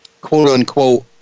quote-unquote